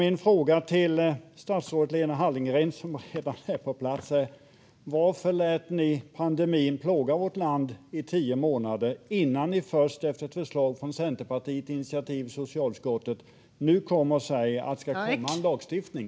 Min fråga till statsrådet Lena Hallengren är: Varför lät ni pandemin plåga vårt land i tio månader innan ni nu - först efter det att Centerpartiet väckt ett initiativ i socialutskottet - kommer och säger att det ska komma en lagstiftning?